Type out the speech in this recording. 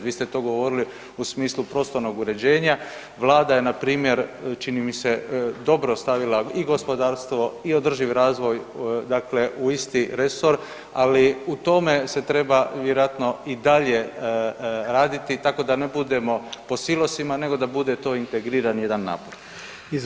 Vi ste to govorili u smislu prostornog uređenja, vlada je npr. čini mi se dobro stavila i gospodarstvo i održivi razvoj dakle u isti resor, ali u tome se treba vjerojatno i dalje raditi tako da ne budemo po silosima nego da bude to integrirani jedan napor.